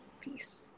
Peace